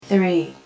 Three